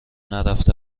نرفته